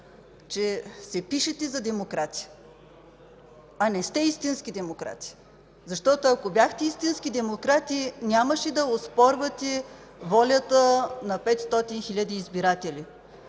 че се пишете за демократи, а не сте истински демократи. Ако бяхте истински демократи, нямаше да оспорвате волята на 500 хиляди избиратели.